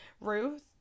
Ruth